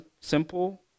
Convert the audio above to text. simple